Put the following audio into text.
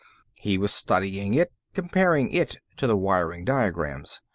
he was studying it, comparing it to the wiring diagrams.